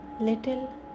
little